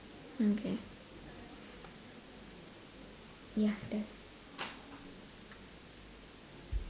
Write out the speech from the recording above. okay ya